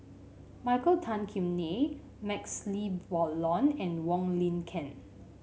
Michael Tan Kim Nei MaxLe Blond and Wong Lin Ken